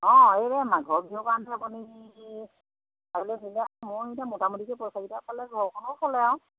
অঁ এই মাঘৰ বিহুৰ কাৰণে আছে আপুনি চাই কিনিলে মোৰ এতিয়া মোটামুটিকৈ পইচাকেইটা পালে ঘৰখনো চলে আৰু